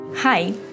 Hi